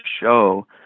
show